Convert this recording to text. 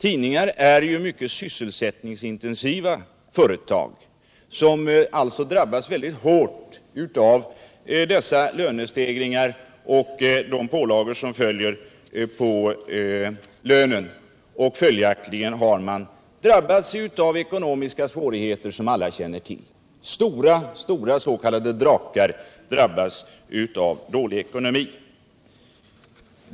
Tidningar är ju mycket sysselsättningsintensiva företag, som alltså drabbas hårt av de lönestegringar och de pålagor som följer på lönen. Följaktligen har man drabbats av ekonomiska svårigheter, som alla känner till. Även stora s.k. drakar drabbas av dålig ekonomi.